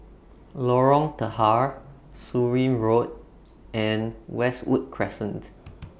Lorong Tahar Surin Road and Westwood Crescent